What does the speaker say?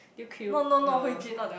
you cube no